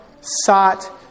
sought